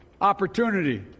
Opportunity